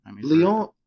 Lyon